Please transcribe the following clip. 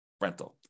rental